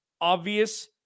obvious